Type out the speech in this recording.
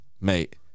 Mate